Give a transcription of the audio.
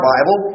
Bible